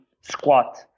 squat